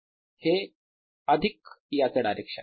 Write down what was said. हे अधिक याचे डायरेक्शन